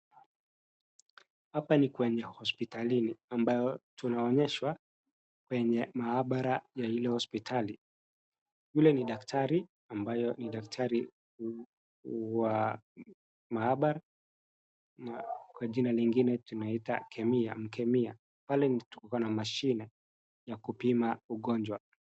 Hapa ni kwenye hosipitalini ambapo tunaonyeshwa kwenye mahabara ya hile hosipitali. yule ni dakitari ambaye ni dakitari wa mahabara kwa jina lingine tunaita kemia. Pale tukona mashine ya kupima ugonjwa.